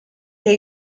che